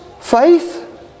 faith